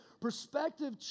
perspective